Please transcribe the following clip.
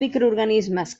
microorganismes